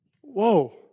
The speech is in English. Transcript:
whoa